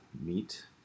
meat